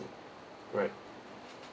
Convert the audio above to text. right